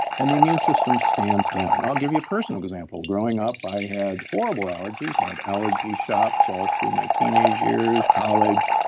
and the immune system stands down. i'll give you a personal example. growing up, i had horrible allergies, had allergy shots all through my teenage years, college